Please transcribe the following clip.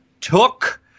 took